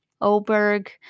Oberg